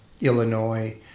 Illinois